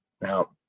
Now